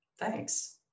Thanks